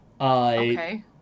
Okay